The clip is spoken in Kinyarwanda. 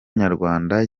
nyarwanda